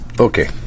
Okay